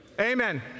amen